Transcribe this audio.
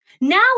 Now